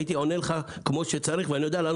הייתי עונה לך כמו שצריך ואני יודע לענות